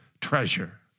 treasure